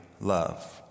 love